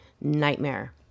nightmare